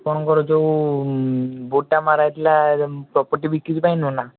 ଆପଣଙ୍କର ଯେଉଁ ବୋର୍ଡଟା ମରା ହେଇଥିଲା ପ୍ରପର୍ଟି ବିକ୍ରି ପାଇଁ ନୁହେଁ ନା